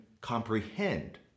comprehend